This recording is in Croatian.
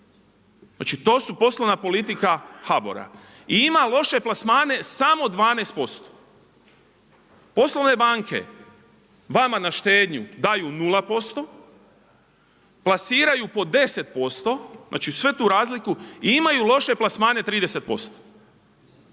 Znači to su poslovna politika HBOR-a. I ima loše plasmane samo 12%. Poslovne banke vama na štednju daju nula posto, plasiraju po 10%, znači svu tu razliku i imaju loše plasmane 30%.